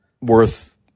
worth